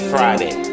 Friday